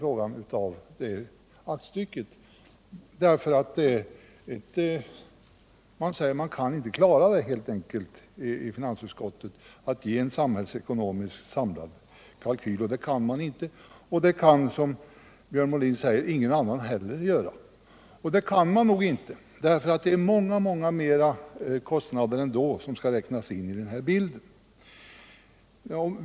Finansutskottet anför att man helt enkelt inte kan klara av att ge en samhällsekonomiskt samlad kalkyl, och det är riktigt. Det kan, som Björn Molin påpekade, ingen annan heller göra, därför att det är många fler kostnader som skall tas med i bilden.